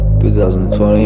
2020